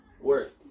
Work